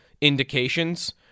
indications